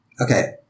Okay